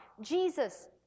Jesus